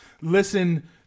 listen